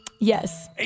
Yes